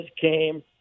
came